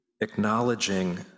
acknowledging